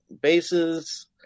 bases